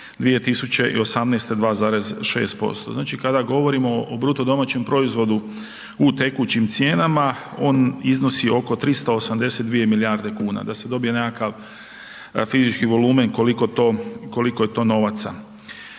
2018. 2,6%. Znači kada govorimo o bruto domaćem proizvodu u tekućim cijenama on iznosi oko 382 milijarde kuna da se dobije nekakav fizički volumen koliko to, koliko